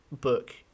book